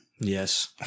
Yes